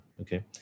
Okay